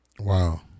Wow